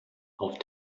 auf